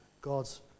God's